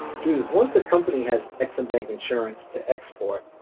judith, once a company has ex-im bank insurance to export,